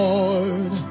Lord